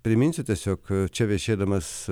priminsiu tiesiog čia viešėdamas